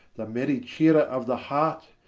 the merry chearer of the heart,